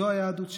זו היהדות שלי,